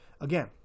again